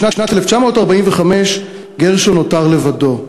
בשנת 1945 גרשון נותר לבדו.